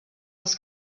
els